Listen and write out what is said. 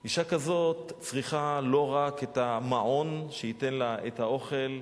אשה כזאת צריכה לא רק את המעון שייתן לה את האוכל,